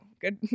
Good